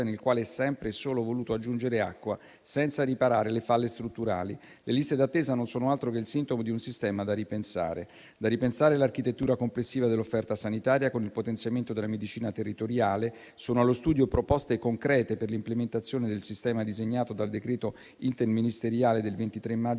nel quale si è sempre e solo voluto aggiungere acqua, senza riparare le falle strutturali. Le liste d'attesa non sono altro che il sintomo di un sistema da ripensare. Da ripensare è l'architettura complessiva dell'offerta sanitaria, con il potenziamento della medicina territoriale. Sono allo studio proposte concrete per l'implementazione del sistema disegnato dal decreto interministeriale del 23 maggio